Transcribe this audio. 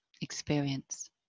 experience